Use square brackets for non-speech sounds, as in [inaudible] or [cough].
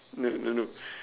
no no no no [breath]